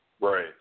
Right